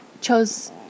chose